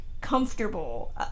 comfortable